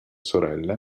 sorelle